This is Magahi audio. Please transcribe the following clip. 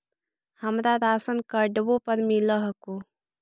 हमरा राशनकार्डवो पर मिल हको?